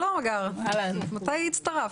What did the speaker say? שלום, הגר, מתי הצטרפת?